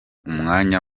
umwanya